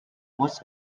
was